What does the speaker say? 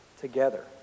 together